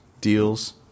deals